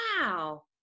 wow